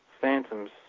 phantoms